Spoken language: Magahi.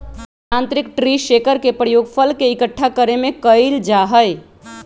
यांत्रिक ट्री शेकर के प्रयोग फल के इक्कठा करे में कइल जाहई